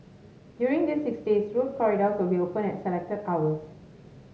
during these six days road corridors will be open at selected hours